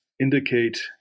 indicate